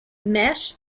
mesh